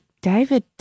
David